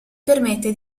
permette